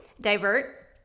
divert